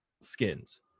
skins